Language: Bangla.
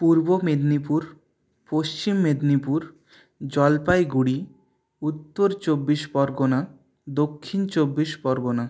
পূর্ব মেদনীপুর পশ্চিম মেদনীপুর জলপাইগুড়ি উত্তর চব্বিশ পরগনা দক্ষিণ চব্বিশ পরগনা